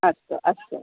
अस्तु अस्तु